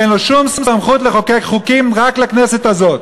אין לו שום סמכות לחוקק חוקים, רק לכנסת הזאת.